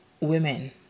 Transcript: women